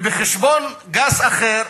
בחשבון גס אחר,